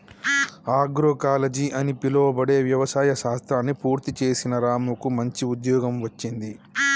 agroecology అని పిలువబడే వ్యవసాయ శాస్త్రాన్ని పూర్తి చేసిన రాముకు మంచి ఉద్యోగం వచ్చింది